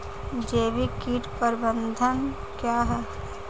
जैविक कीट प्रबंधन क्या है?